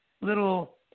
little